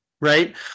right